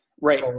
Right